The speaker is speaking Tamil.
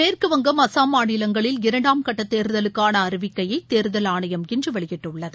மேற்குவங்கம் அஸ்ஸாம் மாநிலங்களில் இரண்டாம் கட்ட தேர்தலுக்கான அறிவிக்கையை தேர்தல் ஆணையம் இன்று வெளியிட்டுள்ளது